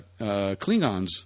Klingons